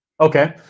Okay